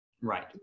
Right